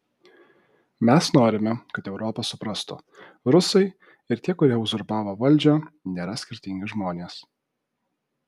mes norime kad europa suprastų rusai ir tie kurie uzurpavo valdžią nėra skirtingi žmonės